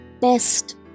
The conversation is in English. best